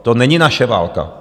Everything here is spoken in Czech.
To není naše válka.